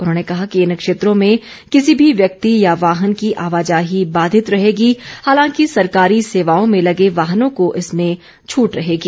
उन्होंने कहा कि इन क्षेत्रों में किसी भी व्यक्ति या वाहन की आवाजाही बाधित रहेगी हालांकि सरकारी सेवाओं में लगे वाहनों को इसमें छूट रहेगी